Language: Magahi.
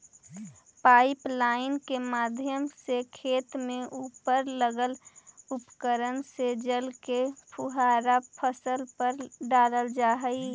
पाइपलाइन के माध्यम से खेत के उपर लगल उपकरण से जल के फुहारा फसल पर डालल जा हइ